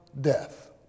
death